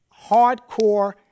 hardcore